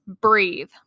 breathe